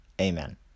Amen